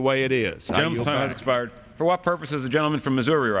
the way it is expired for what purpose of the gentleman from missouri